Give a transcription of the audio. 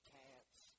cats